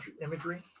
imagery